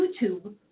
YouTube